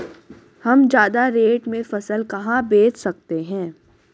हम ज्यादा रेट में फसल कहाँ बेच सकते हैं?